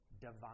divine